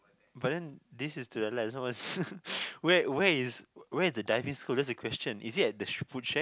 but then this like the where where is where is the driving school is it at the food shack